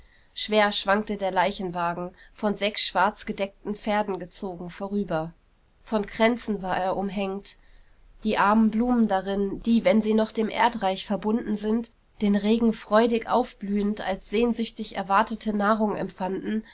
schwer schwankte der leichenwagen von sechs schwarz gedeckten pferden gezogen vorüber von kränzen war er umhängt die armen blumen darin die wenn sie noch dem erdreich verbunden sind den regen freudig aufblühend als sehnsüchtig erwartete nahrung empfanden